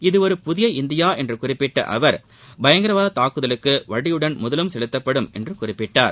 இது ஒரு புதிய இந்தியா என்று குறிப்பிட்ட அவர் பயங்கரவாத தாக்குதல்களுக்கு வட்டியுடன் முதலும் செலுத்தப்படும் என்று குறிப்பிட்டார்